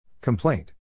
Complaint